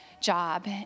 job